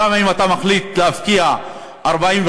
שם, אם אתה מחליט להפקיע 45%,